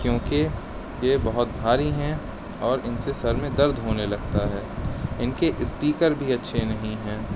کیوں کہ یہ بہت بھاری ہیں اور ان سے سر میں درد ہونے لگتا ہے ان کے اسپیکر بھی اچھے نہیں ہیں